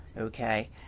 okay